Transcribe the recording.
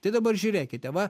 tai dabar žiūrėkite va